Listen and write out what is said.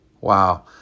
Wow